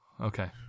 Okay